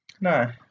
No